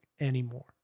anymore